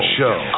Show